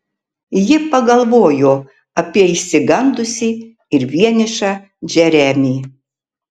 ji pagalvojo apie išsigandusį ir vienišą džeremį